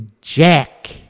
jack